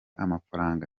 amafaranga